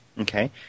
Okay